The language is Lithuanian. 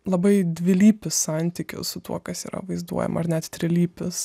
labai dvilypis santykis su tuo kas yra vaizduojama ar net trilypis